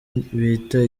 bita